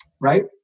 right